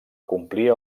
complir